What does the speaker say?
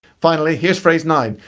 finally, here's phrase nine.